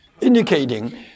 indicating